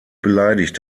beleidigt